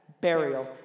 burial